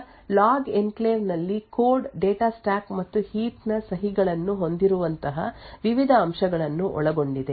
ಆದ್ದರಿಂದ log enclave ನಲ್ಲಿ code data stack ಮತ್ತು ಹೀಪ್ ನ ಸಹಿಗಳನ್ನು ಹೊಂದಿರುವಂತಹ ವಿವಿಧ ಅಂಶಗಳನ್ನು ಒಳಗೊಂಡಿದೆ